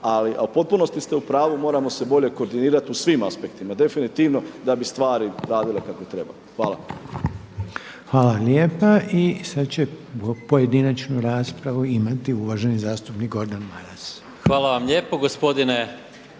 U potpunosti ste u pravu moramo se bolje koordinirati u svim aspektima, definitivno da bi stvari radile kako treba. Hvala. **Reiner, Željko (HDZ)** Hvala lijepa. I sada će pojedinačnu raspravu imati uvaženi zastupnik Gordan Maras. **Maras, Gordan